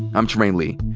i'm trymaine lee.